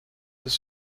das